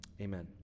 amen